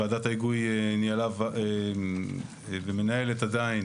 ועדת ההיגוי ניהלה ומנהלת עדיין